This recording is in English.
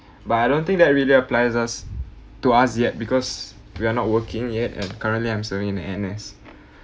but I don't think that really applies us to us yet because we are not working yet and currently I'm serving in the N_S